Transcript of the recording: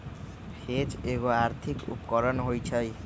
hedge एगो आर्थिक उपकरण होइ छइ